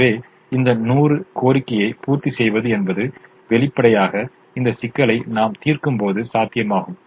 எனவே இந்த நூறு கோரிக்கையை பூர்த்தி செய்யவது என்பது வெளிப்படையாக இந்த சிக்கலை நாம் தீர்க்கும்போது சாத்தியமாகும்